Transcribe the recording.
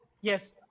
yes